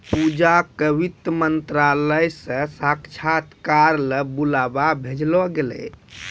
पूजा क वित्त मंत्रालय स साक्षात्कार ल बुलावा भेजलो गेलै